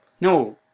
No